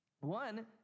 One